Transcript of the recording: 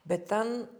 bet ten